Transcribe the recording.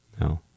No